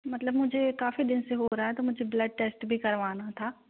मतलब मुझे काफ़ी दिन से हो रहा है तो मुझे ब्लड टेस्ट भी करवाना था